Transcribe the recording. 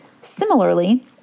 Similarly